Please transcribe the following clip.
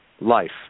life